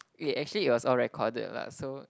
eh actually it was all recorded lah so